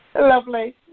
Lovely